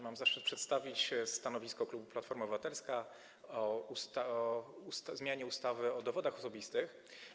Mam zaszczyt przedstawić stanowisko klubu Platforma Obywatelska w sprawie zmiany ustawy o dowodach osobistych.